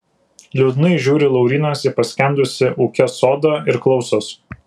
liūdnai žiūri laurynas į paskendusį ūke sodą ir klausos